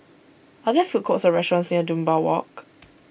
are there food courts or restaurants near Dunbar Walk